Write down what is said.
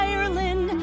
Ireland